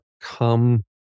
come